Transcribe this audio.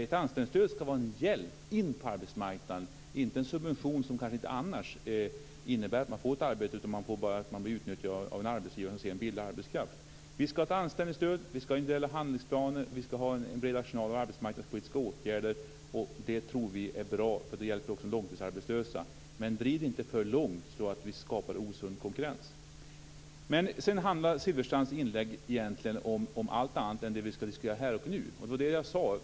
Ett anställningsstöd ska vara en hjälp in på arbetsmarknaden, inte en subvention som innebär att man inte får ett arbete utan bara utnyttjas av arbetsgivare som billig arbetskraft. Vi ska ha anställningsstöd, vi ska ha individuella handlingsplaner, vi ska ha en bred arsenal av arbetsmarknadspolitiska åtgärder. Det tror vi är bra eftersom det hjälper långtidsarbetslösa. Men driv inte detta för långt så att det skapas osund konkurrens. Sedan handlar Silfverstrands inlägg om allt annat än det vi diskuterar här och nu.